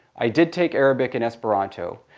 i did take arabic and esperanto,